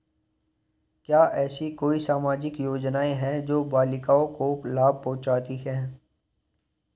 क्या ऐसी कोई सामाजिक योजनाएँ हैं जो बालिकाओं को लाभ पहुँचाती हैं?